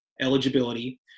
eligibility